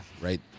right